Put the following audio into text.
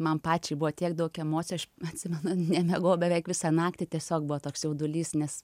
man pačiai buvo tiek daug emocijų aš atsimenu nemiegojau beveik visą naktį tiesiog buvo toks jaudulys nes